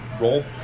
roll